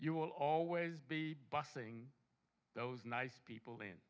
you will always be busing those nice people